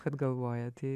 kad galvoja tai